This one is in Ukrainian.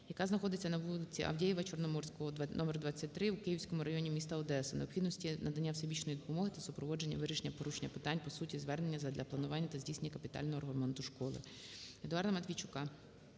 яка знаходиться на вулиці Авдєєва-Чорноморського № 23 у Київському районі міста Одеса, необхідності надання всебічної допомоги та супроводження вирішення порушених питань по суті звернення задля планування та здійснення капітального ремонту школи. Едуарда Матвійчука